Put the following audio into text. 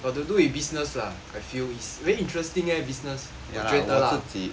got to do with business lah I feel is very interesting eh business 我觉得啦